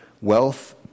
wealth